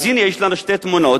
אז הנה, יש לנו שתי תמונות.